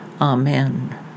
Amen